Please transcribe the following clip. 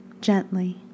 gently